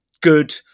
good